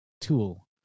tool